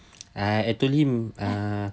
uh I told him uh